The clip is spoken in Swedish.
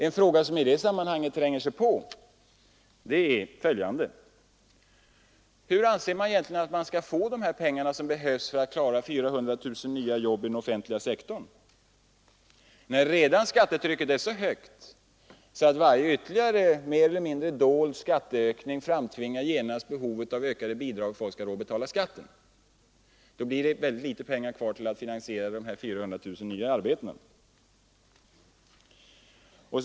En fråga som i detta sammanhang tränger sig på är följande: Hur tänker man sig att få pengar till de 400 000 nya jobb som skall skapas i den offentliga sektorn, när redan nu skattetrycket är så högt att varje ytterligare mer eller mindre dold skatteökning genast framtvingar behovet av ökade bidrag för att folk skall ha råd att betala skatten? Då blir det väldigt litet pengar kvar till att finansiera dessa 400 000 nya arbeten. Herr talman!